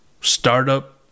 startup